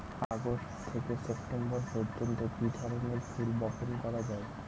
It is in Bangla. আগস্ট থেকে সেপ্টেম্বর পর্যন্ত কি ধরনের ফুল বপন করা যায়?